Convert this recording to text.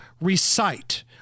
recite